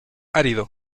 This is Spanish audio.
árido